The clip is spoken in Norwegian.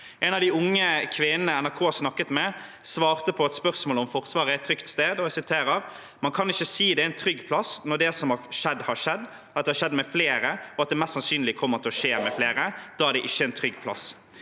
En av de unge kvinnene NRK snakket med, svarte på et spørsmål om Forsvaret er et trygt sted: «Man kan ikke si det er en trygg plass når det som har skjedd har skjedd. At det har skjedd med flere, og at det mest sannsynlig kommer til å skje med flere. Da er det ikke en trygg plass».